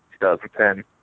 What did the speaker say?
2010